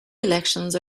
elections